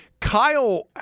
Kyle